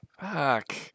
Fuck